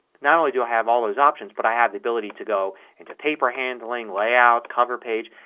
not only do i have all those options, but i have the ability to go into paper handling, layout, cover page.